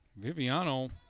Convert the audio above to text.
Viviano